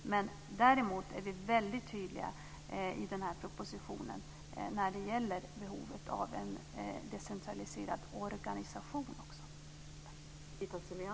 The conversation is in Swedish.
Däremot är vi väldigt tydliga i propositionen när det gäller behovet också av en decentraliserad organisation.